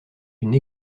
une